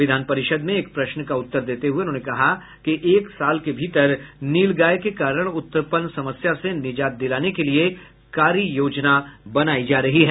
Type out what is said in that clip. विधान परिषद् में एक प्रश्न का उत्तर देते हुए उन्होंने कहा कि एक साल के भीतर नीलगाय के कारण उत्पन्न समस्या से निजात दिलाने के लिये कार्ययोजना बनायी जा रही है